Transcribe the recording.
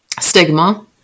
stigma